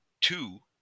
two